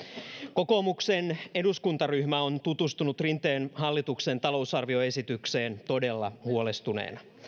kokoomuksen eduskuntaryhmä on tutustunut rinteen hallituksen talousarvioesitykseen todella huolestuneena